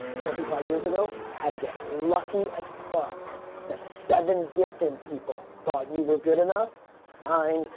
twenty five years ago had to get lucky as fuck that seven different people thought you were good enough. signed,